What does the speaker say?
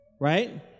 Right